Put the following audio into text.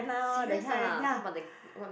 serious ah talk about the